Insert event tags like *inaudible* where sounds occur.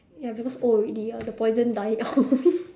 ya because old already ya the poison die out *laughs*